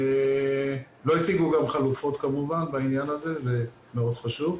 ולא הציגו חלופות כמובן בעניין הזה וזה מאוד חשוב.